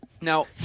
Now